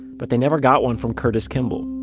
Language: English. but they never got one from curtis kimball